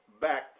back